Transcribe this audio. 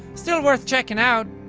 still worth checking out.